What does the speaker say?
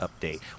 update